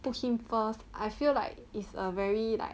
put him first I feel like it's a very like